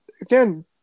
again